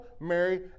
Mary